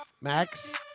Max